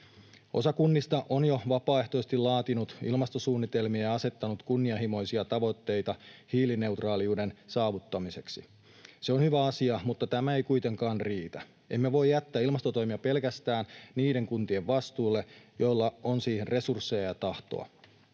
Osa kunnista on jo vapaaehtoisesti laatinut ilmastosuunnitelmia ja asettanut kunnianhimoisia tavoitteita hiilineutraaliuden saavuttamiseksi. Se on hyvä asia, mutta tämä ei kuitenkaan riitä. Emme voi jättää ilmastotoimia pelkästään niiden kuntien vastuulle, joilla on siihen resursseja ja tahtoa.